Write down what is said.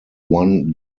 one